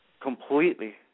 completely